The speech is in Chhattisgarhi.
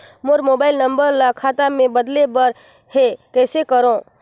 मोर मोबाइल नंबर ल खाता मे बदले बर हे कइसे करव?